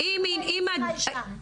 נרצחה אישה,